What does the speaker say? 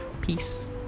peace